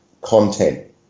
content